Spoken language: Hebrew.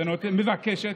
מבקשת.